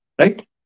Right